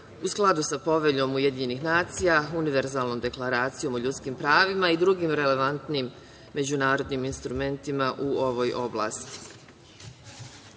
u skladu sa Poveljom UN, Univerzalnom deklaracijom o ljudskim pravima i drugim relevantnim međunarodnim instrumentima u ovoj oblasti.U